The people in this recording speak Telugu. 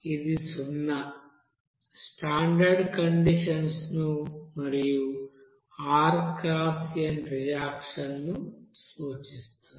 ఈ సున్నా స్టాండర్డ్ కండీషన్స్ ను మరియు rxn రియాక్షన్ నుసూచిస్తుంది